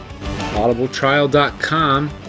audibletrial.com